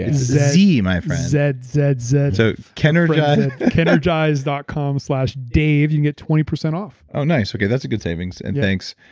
ah zee my friend. zed, zed, zed. so kenergize kenergize dot com slash dave you can get twenty percent off. oh, nice. okay. that's a good savings and thanks.